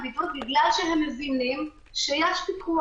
בבידוד לבין התקופה שהוא חושב שהוא צריך להיות בבידוד.